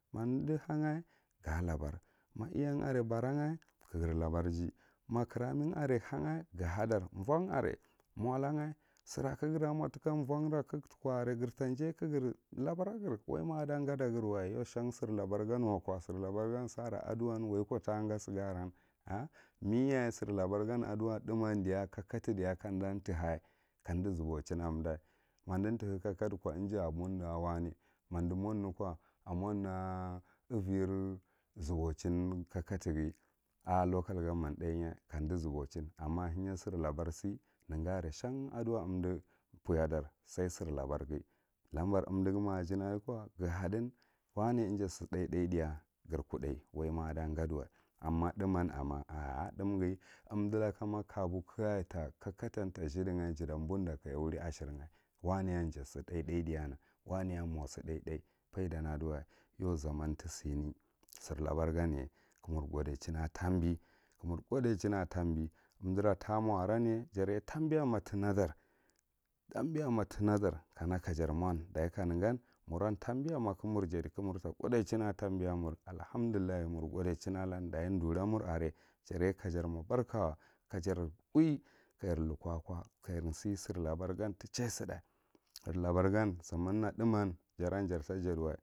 Ma umdu han ga labar ma iyan are baraga ka gir labaji, ma kiramiga are han a gua ha ɗar von are mola a sira kagira mo tika vonra kagha tuko are giv tajay ka gir labara gir waima ada gada girwa yau shan sir labar gan wako sir labar gan sara aduwan waiko taga siya aran a meyaye sir labar gan thuman kakato diya ka unda tihay kamdu zuboweshirn aka umɗa, ma umɗa tiha kakato gha ko ija a bun aka wane, ma umda bun ko a amoɗriah iviri zubachin kakati ghi a, local government thaay karndu zubochin, amma ahenya sir labaar siy nega are shan aduwa urndu puyyadar sai sir labarghi lambar umdughi ma aji adi ko gthahadin wane ija sit hay thay ɗiya gir kuɗɗai waima a dagadiwa, amma thumman umma a a thumghi umdura kama kayata kama kabu kakata ta zhiɗɗi a jata buɗɗa kaja wul ashirga waanegan ja sithay tha chyana, waneyan mo sithay thay, faiɗan ganye ka mur godaichi a katambi, ka mur godaichin a tabubi umdara ta ma aranye jarye tambiya ma tinadar, tambiyan ma tinadar kana ka jar mon, ɗaya kanegan murran tanbiyan una kamur jadi ka mur tagolichi a tambi mwr allahandullah muur godichin alan dachi ɗura mur are jjarye kka jar mo narkawa, kajar uwi kajan lukowa akow kajar siye sir labar gan tichaye sida labar gan